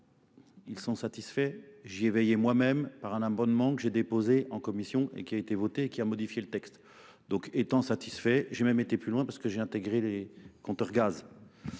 ils sont satisfaits. J'y ai veillé moi-même par un amendement que j'ai déposé en commission et qui a été voté et qui a modifié le texte. Donc étant satisfait, j'ai même été plus loin parce que j'ai intégré les compteurs gaz.